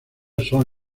son